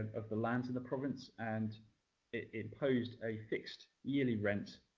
of the lands in the province. and it it posed a fixed yearly rent